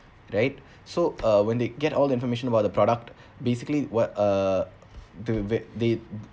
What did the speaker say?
right so uh when they get all the information about the product basically what uh do they they